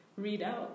readout